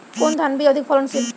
কোন ধান বীজ অধিক ফলনশীল?